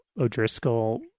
O'Driscoll